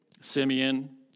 Simeon